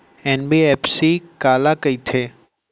NBFC काला कहिथे?